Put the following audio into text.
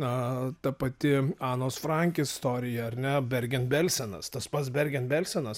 na ta pati anos frank istorija ar ne bergenbelsenas tas pats bergenbelsenas